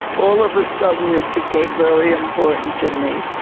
all of a sudden, it became very important to me.